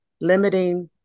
limiting